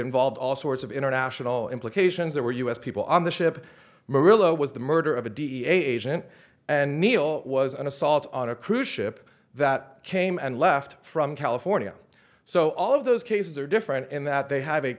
involved all sorts of international implications there were u s people on the ship maria was the murder of a dea agent and neil was an assault on a cruise ship that came and left from california so all of those cases are different in that they have a